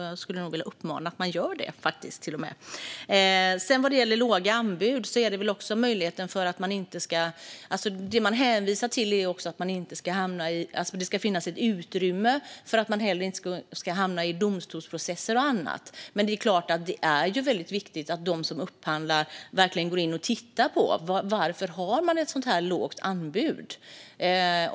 Jag skulle till och med vilja uppmana till att man har med det. Vad gäller frågan om låga anbud hänvisas det till att det ska finnas ett utrymme för att man inte ska hamna i domstolsprocesser och annat. Det är såklart väldigt viktigt att de som gör en upphandling verkligen tittar på varför ett anbud är lågt.